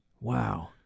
Wow